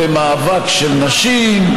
ומאבק של נשים,